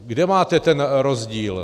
Kde máte ten rozdíl?